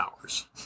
hours